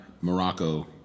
Morocco